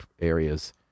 areas